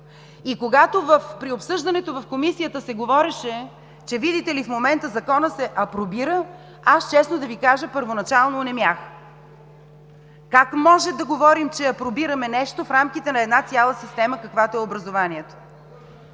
Когато при обсъждането в Комисията се говореше, че, видите ли, в момента Законът се апробира, аз честно да Ви кажа първоначално онемях. Как може да говорим, че апробираме нещо в рамките на една цяла система, каквато е образованието?